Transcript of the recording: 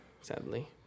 Sadly